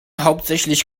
hauptsächlich